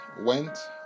went